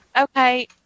Okay